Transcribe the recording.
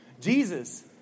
Jesus